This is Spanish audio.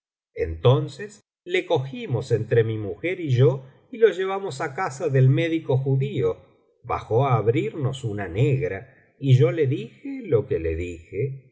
entonces lo cogimos entre mi mujer y yo y lo llevamos á casa del médico judío bajó á abrirnos una negra y yo le dije lo que le dije